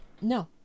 no